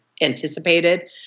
anticipated